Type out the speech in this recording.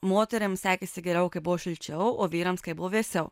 moterims sekėsi geriau kai buvo šilčiau o vyrams kai buvo vėsiau